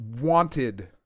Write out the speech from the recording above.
wanted